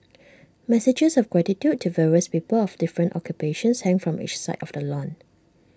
messages of gratitude to various people of different occupations hang from each side of the lawn